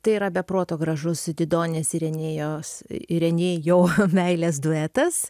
tai yra be proto gražus didonės ir enėjos ir enėjo meilės duetas